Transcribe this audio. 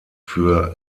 für